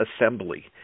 assembly